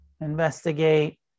Investigate